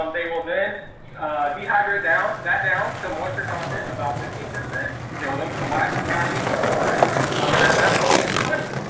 um they will then dehydrate down that down to what's your content about fifteen percent they will then put a wax capping over it um and at that point it s honey.